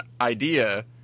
idea